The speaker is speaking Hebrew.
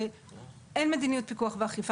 אין מדיניות פיקוח ואכיפה.